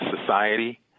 society